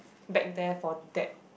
back there for that